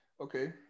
Okay